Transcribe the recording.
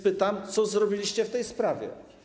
Pytam: Co zrobiliście w tej sprawie?